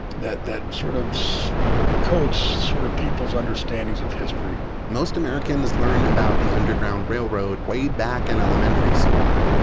that that sort of coats sort of people's understandings of history most americans learn about the underground railroad way back in elementary school.